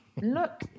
look